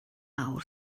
awr